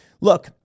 Look